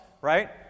right